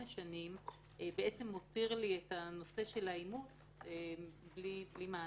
שנים מותיר לי את נושא האימוץ בלי מענה.